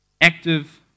active